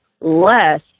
less